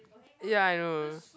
ya I know